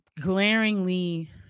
glaringly